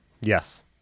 yes